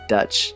Dutch